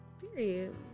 Period